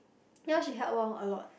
ya lor she helped orh a lot